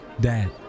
Dad